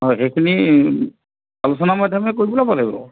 সেইখিনি আলোচনা মাধ্য়মে কৰি পেলাব লাগিব